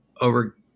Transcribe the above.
over